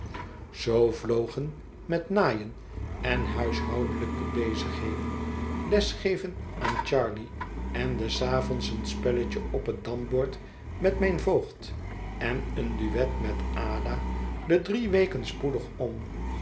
zoo vlogen met naaien en huishoudelijke bezigheden lesgeven aan charley en des avonds een spelletje op het dambord met mijn voogd en een duet met ada de drie weken spoedig om